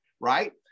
right